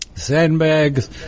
sandbags